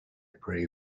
prey